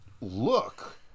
look